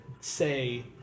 say